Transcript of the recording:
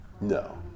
no